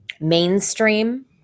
mainstream